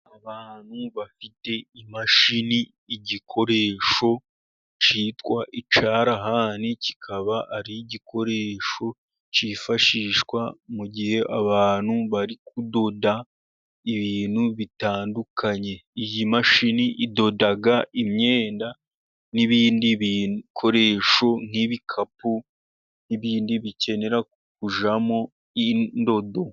Abantu bafite imashini, igikoresho cyitwa icyarahani, kikaba ari igikoresho cyifashishwa mu gihe abantu bari kudoda ibintu bitandukanye. Iyi mashini idoda imyenda n'ibindi bikoresho nk'ibikapu, n'ibindi bikenera kujyamo indodo.